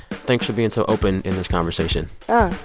thanks for being so open in this conversation oh,